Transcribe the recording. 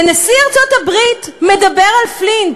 ונשיא ארצות-הברית מדבר על פלינט,